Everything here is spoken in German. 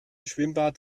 schwimmbad